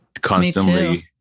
constantly